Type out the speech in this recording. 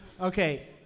Okay